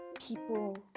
people